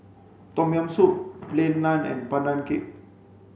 tom yam soup plain naan and pandan cake